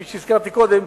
כפי שהזכרתי קודם,